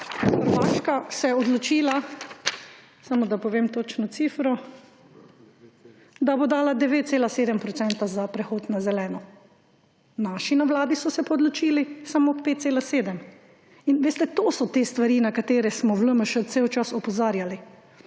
Hrvaška se je odločila, samo da povem točno cifro, da bo dala 9,7 % za prehod na zeleno. Naši na vladi so se pa odločili samo 5,7. In veste, to so te stvari, na katere smo v LMŠ cel čas opozarjali,